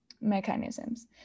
mechanisms